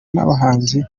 nabahanzi